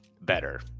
better